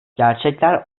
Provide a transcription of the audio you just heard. gerçekler